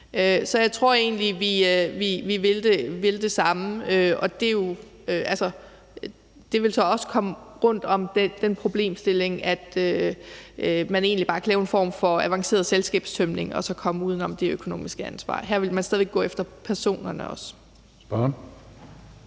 Så jeg tror egentlig, at vi vil det samme. Og det vil så også komme rundt om den problemstilling, at man egentlig bare kan lave en form for avanceret selskabstømning og så komme uden om det økonomiske ansvar. Her vil man stadig væk også gå efter personerne. Kl.